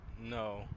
no